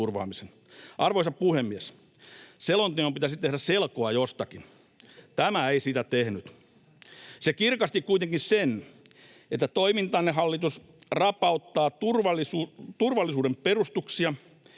Arvoisa puhemies! Selonteon pitäisi tehdä selkoa jostakin. Tämä ei sitä tehnyt. Se kirkasti kuitenkin sen, että toimintanne, hallitus, rapauttaa turvallisuuden perustuksia